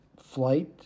flight